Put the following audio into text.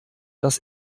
das